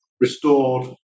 restored